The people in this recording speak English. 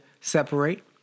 separate